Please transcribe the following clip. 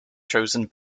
chosen